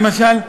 למשל,